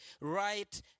right